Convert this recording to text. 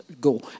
go